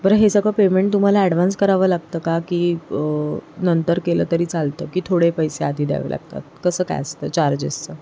बरं हे सगळं पेमेंट तुम्हाला अॅडव्हान्स करावं लागतं का की नंतर केलं तरी चालतं की थोडे पैसे आधी द्यावे लागतात कसं काय असतं चार्जेसचं